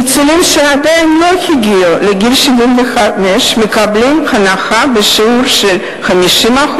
ניצולים שעדיין לא הגיעו לגיל 75 מקבלים הנחה בשיעור של 50%,